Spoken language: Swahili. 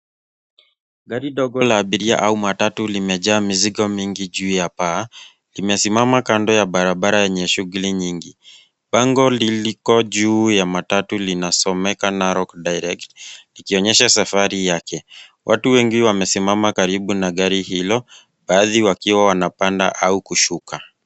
Gari dogo la abiria au matatu limejaa mizigo mingi juu ya paa. Limesimama kando ya barabara yenye shughuli nyingi. Bango liliko juu ya matatu linasomeka Narok Direct, likionyesha safari yake. Watu wengi wamesimama karibu na gari hilo, baadhi wakiwa wanapanda au kushuka.